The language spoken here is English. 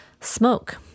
smoke